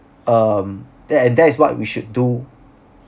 um that and that is what we should do